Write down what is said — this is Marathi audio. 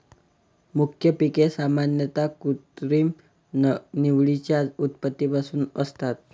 मुख्य पिके सामान्यतः कृत्रिम निवडीच्या उत्पत्तीपासून असतात